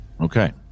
Okay